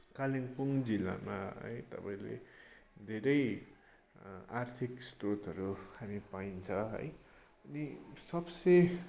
कालिम्पोङ जल्लामा है तपाईँले धेरै आर्थिक स्रोतहरू हामी पाइन्छ है अनि सबसे